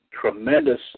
tremendous